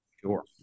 Sure